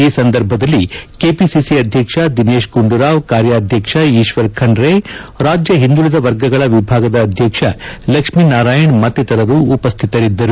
ಈ ಸಂದರ್ಭದಲ್ಲಿ ಕೆಪಿಸಿಸಿ ಅಧ್ಯಕ್ಷ ದಿನೇಶ್ ಗುಂಡೂರಾವ್ ಕಾರ್ಯಾಧ್ಯಕ್ಷ ಈಶ್ವರ್ ಖಂಡೈ ರಾಜ್ಯ ಹಿಂದುಳಿದ ವರ್ಗಗಳ ವಿಭಾಗದ ಅಧ್ಯಕ್ಷ ಲಕ್ಷ್ಮೀನಾರಾಯಣ್ ಮತ್ತಿತರರು ಉಪಸ್ಥಿತರಿದ್ದರು